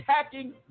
attacking